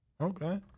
okay